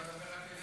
אתה רוצה לרדת?